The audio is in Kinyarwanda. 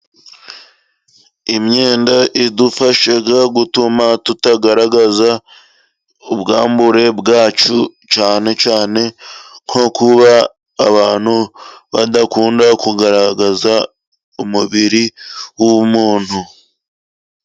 Imyenda idufasha gutuma tutagaragaza, ubwambure bwacu, cyane cyane, nko kuba abantu badakunda, kugaragaza umubiri w'umuntu.